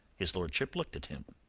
his lordship looked at him,